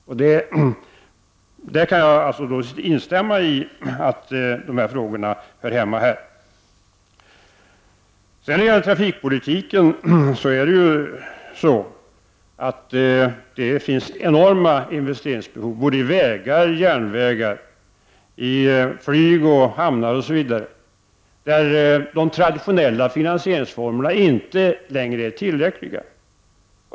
I den delen kan jag instämma i att dessa frågor hör hemma i det här sammanhanget. När det gäller trafikpolitiken finns det enorma investeringsbehov i fråga om såväl vägar, järnvägar som flyg och hamnar. Där är de traditionella finansieringsformerna inte längre tillräckliga.